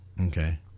Okay